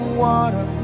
water